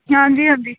ਹਾਂਜੀ ਹਾਂਜੀ